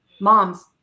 moms